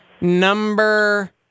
Number